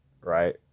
right